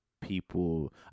people